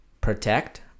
protect